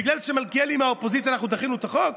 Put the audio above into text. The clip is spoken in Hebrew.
בגלל שמלכיאלי באופוזיציה דחינו את החוק?